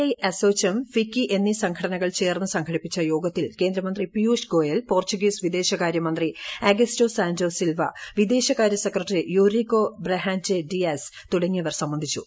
I ASSOCHAM FICCI എന്നീ സംഘടനകൾ ചേർന്ന് സംഘടിപ്പിച്ച യോഗത്തിൽ കേന്ദ്രമന്ത്രി പിയൂഷ് ഗോയൽ പോർച്ചുഗീസ് വിദേശകാര്യമന്ത്രി അഗസ്റ്റോ സാന്റോ സിൽവ വിദേശകാര്യ സെക്രട്ടറി യൂറിക്കോ ബ്രൽഹാന്റേ ഡിയാസ് തുടങ്ങിയവർ സംബന്ധിച്ചു